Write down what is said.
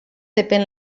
depèn